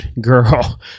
girl